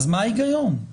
מה ההיגיון?